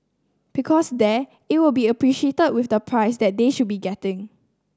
because there it will be appreciated with the price that they should be getting